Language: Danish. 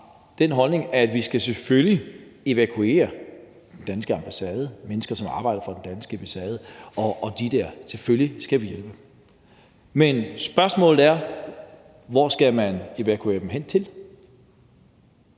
den holdning, at man selvfølgelig skal evakuere den danske ambassade, mennesker, som har arbejdet for den danske ambassade – og selvfølgelig skal man hjælpe – men spørgsmålet er: Hvor skal man evakuere dem hen til?